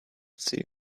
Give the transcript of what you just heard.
seer